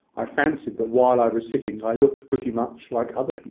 i fancied that while i was sitting i looked pretty much like other